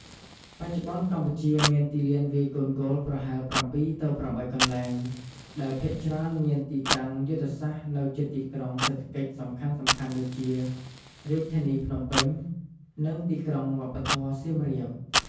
បច្ចុប្បន្នកម្ពុជាមានទីលានវាយកូនហ្គោលប្រហែល ៧ ទៅ ៨ កន្លែង ដែលភាគច្រើនមានទីតាំងយុទ្ធសាស្ត្រនៅជិតទីក្រុងសេដ្ឋកិច្ចសំខាន់ៗដូចជា រាជធានីភ្នំពេញ និងទីក្រុងវប្បធម៌សៀមរាប។